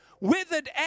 withered